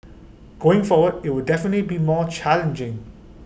going forward IT will definite be more challenging